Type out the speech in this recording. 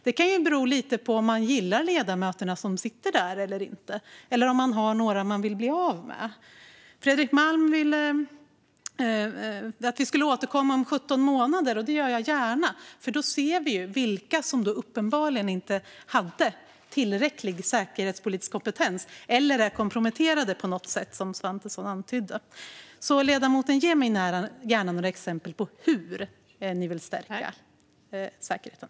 Det kan bero lite på om man gillar ledamöterna som sitter där eller om man har några man vill bli av med. Fredrik Malm ville att vi skulle återkomma om 17 månader. Det gör jag gärna, för då ser vi vilka som uppenbarligen inte hade tillräcklig säkerhetspolitisk kompetens eller var komprometterade på något sätt, som Elisabeth Svantesson antydde. Ge mig alltså gärna några exempel, ledamoten, på hur ni vill stärka säkerheten!